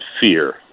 fear